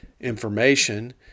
information